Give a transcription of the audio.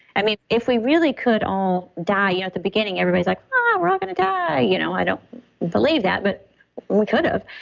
i mean, if we really could all die. yeah at the beginning everybody's like, oh, ah we're all going to die. you know i don't believe that, but we could have.